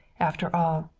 after all,